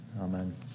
Amen